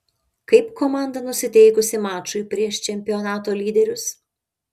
kaip komanda nusiteikusi mačui prieš čempionato lyderius